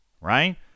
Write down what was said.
right